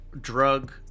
drug